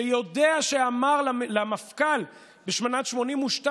שיודע שאמר למפכ"ל בשנת 1982: